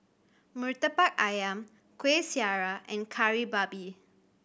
Murtabak Ayam Kuih Syara and Kari Babi